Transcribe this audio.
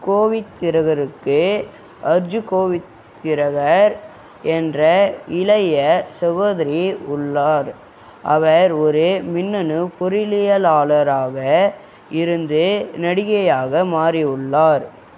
கோவித்திரகருக்கு அர்ஜூ கோவித்திரகர் என்ற இளைய சகோதரி உள்ளார் அவர் ஒரு மின்னணு பொறியியலாளராக இருந்து நடிகையாக மாறியுள்ளார்